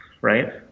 right